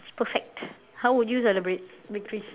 it's perfect how would you celebrate victories